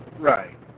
Right